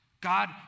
God